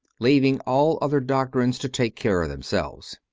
leaving all other doctrines to take care of themselves.